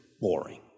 boring